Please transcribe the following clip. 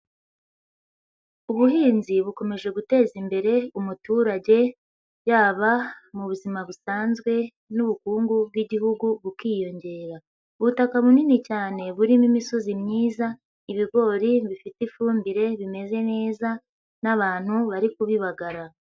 Ubuhinzi bukomeje guteza imbere umuturage, yaba mu buzima busanzwe n'ubukungu bw'igihugu bukiyongera, ubutaka bunini cyane burimo imisozi myiza, ibigori bifite ifumbire bimeze neza n'abantu bari kubibagara.